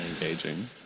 engaging